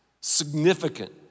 significant